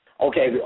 Okay